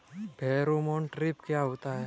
Pheromone trap क्या होता है?